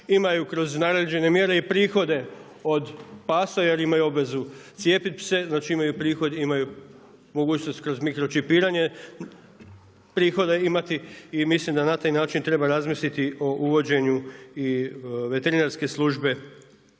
imaju kroz naređene mjere i prihode od pasa jer imaju obvezu cijepiti pse, znači imaju prihod, imaju mogućnost kroz mikročipiranje prihoda imati i mislim da na taj način treba razmisliti o uvođenju i veterinarske službe